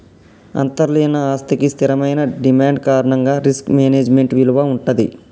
అంతర్లీన ఆస్తికి స్థిరమైన డిమాండ్ కారణంగా రిస్క్ మేనేజ్మెంట్ విలువ వుంటది